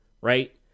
right